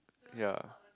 ya